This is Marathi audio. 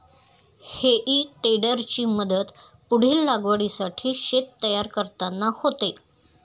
हेई टेडरची मदत पुढील लागवडीसाठी शेत तयार करताना होते